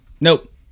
nope